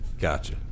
Gotcha